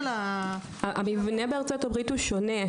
בכפוף להוראות סעיף קטן (ד)" סעיף (ד)